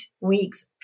weeks